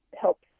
helps